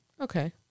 Okay